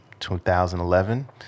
2011